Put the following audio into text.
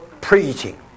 preaching